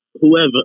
whoever